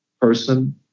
person